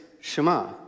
Shema